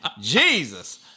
Jesus